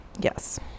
yes